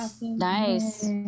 nice